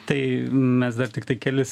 tai mes dar tiktai kelis